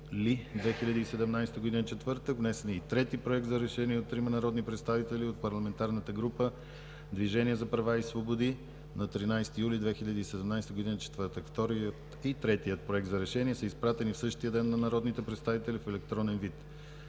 юли 2017 г., четвъртък. Внесен е и трети Проект за решение от трима народни представители от парламентарната група „Движение за права и свободи“ на 13 юли 2017 г., четвъртък. Вторият и третият проекти за решения са изпратени в същия ден на народните представители в електронен вид.